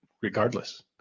regardless